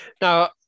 Now